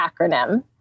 acronym